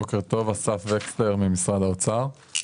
בוקר טוב, אסף וקסלר ממשרד האוצר.